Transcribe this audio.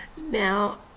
Now